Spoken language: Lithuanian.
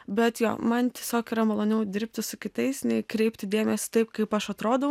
bet jo man tiesiog yra maloniau dirbti su kitais nei kreipti dėmesį taip kaip aš atrodau